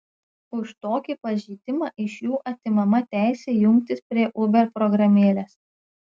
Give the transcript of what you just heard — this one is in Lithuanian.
už tokį pažeidimą iš jų atimama teisė jungtis prie uber programėlės